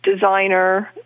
designer